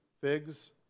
figs